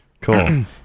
Cool